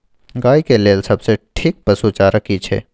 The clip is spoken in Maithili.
गाय के लेल सबसे ठीक पसु चारा की छै?